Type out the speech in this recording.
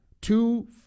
two